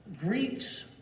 Greeks